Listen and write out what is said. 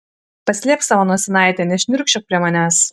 paslėpk savo nosinaitę nešniurkščiok prie manęs